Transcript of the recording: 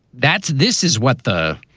that's this is what the.